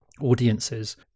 audiences